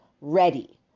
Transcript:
Ready